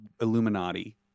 Illuminati